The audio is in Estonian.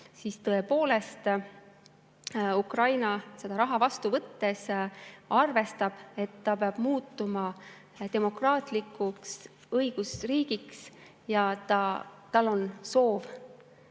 siis tõepoolest, Ukraina seda raha vastu võttes arvestab, et ta peab muutuma demokraatlikuks õigusriigiks, ja tal on soov